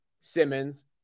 Simmons